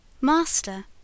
Master